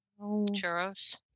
Churros